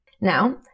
Now